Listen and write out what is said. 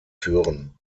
führen